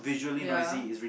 ya